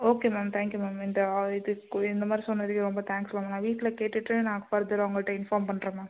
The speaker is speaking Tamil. ஓகே மேம் தேங்க்யூ மேம் இந்த இதுக்கும் இந்த மாதிரி சொன்னதுக்கு ரொம்ப தேங்க்ஸ் மேம் நான் வீட்டில் கேட்டுட்டு நான் ஃபர்தராக உங்ககிட்ட இன்ஃபார்ம் பண்ணுறேன் மேம்